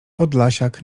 podlasiak